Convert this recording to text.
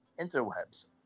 interwebs